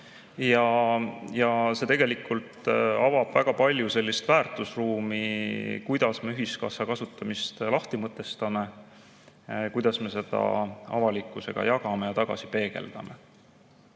See tegelikult avab väga palju sellist väärtusruumi, kuidas me ühiskassa kasutamist lahti mõtestame, kuidas me seda avalikkusega jagame ja tagasi peegeldame. Täna